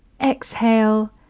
exhale